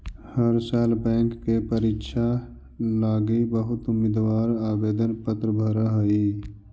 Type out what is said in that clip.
हर साल बैंक के परीक्षा लागी बहुत उम्मीदवार आवेदन पत्र भर हई